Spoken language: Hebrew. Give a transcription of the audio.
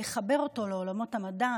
לחבר אותו לעולמות המדע,